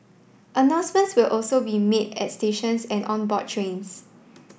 announcements will also be made at stations and on board trains